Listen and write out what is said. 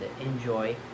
enjoy